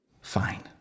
Fine